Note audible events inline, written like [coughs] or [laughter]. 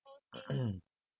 [coughs]